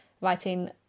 writing